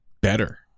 better